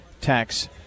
Tax